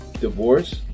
divorce